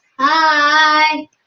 Hi